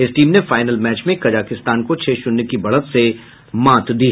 इस टीम ने final match में कजाकिस्तान को छह शून्य की बढ़त से मात दी